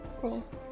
Cool